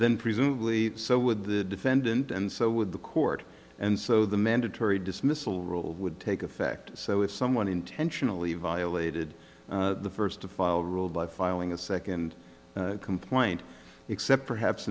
then presumably so would the defendant and so would the court and so the mandatory dismissal rule would take effect so if someone intentionally violated the first to file a rule by filing a second complaint except perhaps